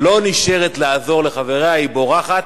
ולא נשארת לעזור לחבריה, היא בורחת.